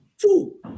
Two